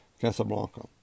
Casablanca